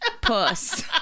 puss